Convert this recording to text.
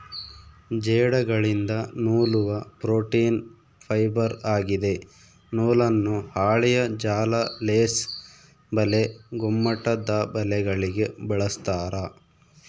ಜೇಡಗಳಿಂದ ನೂಲುವ protein fibre ಆಗಿದೆ ನೂಲನ್ನು ಹಾಳೆಯ ಜಾಲ ಲೇಸ್ ಬಲೆ ಗುಮ್ಮಟದಬಲೆಗಳಿಗೆ ಬಳಸ್ತಾರ